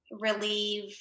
relieve